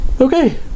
Okay